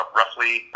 roughly